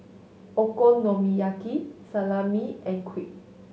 Okonomiyaki Salami and Crepe